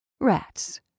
Rats